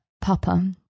Papa